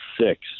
six